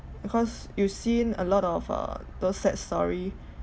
because you've seen a lot of uh those sad story